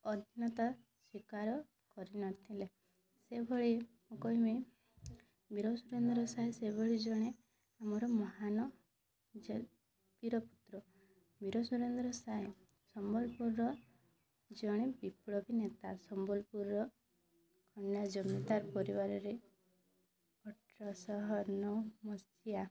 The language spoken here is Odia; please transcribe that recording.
ଅଧିନତା ସ୍ଵୀକାର କରିନଥିଲେ ସେଭଳି ମୁଁ କହିମି ବୀର ସୁରେନ୍ଦ୍ର ସାଏ ସେଭଳି ଜଣେ ଆମର ମହାନ ବୀରପୁତ୍ର ବୀର ସୁରେନ୍ଦ୍ର ସାଏ ସମଲପୁରର ଜଣେ ବିପ୍ଳବୀ ନେତା ସମ୍ବଲପୁରର ଜମିଦାର ପରିବାରରେ ଅଠରଶହନଅ ମସିହା